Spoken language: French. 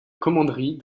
commanderie